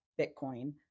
Bitcoin